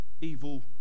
evil